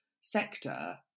sector